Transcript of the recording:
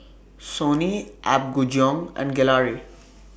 Sony Apgujeong and Gelare